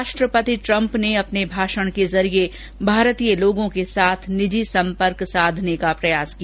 राष्ट्रपति ट्रम्प ने अपने भाषण के जरिये भारतीय लोगों के साथ निजी सम्पर्क साधने का प्रयास किया